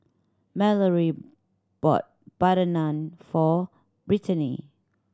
Malorie bought butter naan for Brittaney